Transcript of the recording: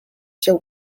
się